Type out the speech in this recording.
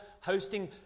hosting